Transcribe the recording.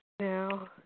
Now